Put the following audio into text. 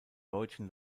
deutschen